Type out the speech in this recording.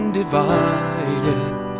divided